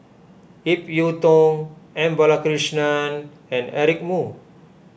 Ip Yiu Tung M Balakrishnan and Eric Moo